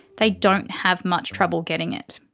they don't have much trouble getting it.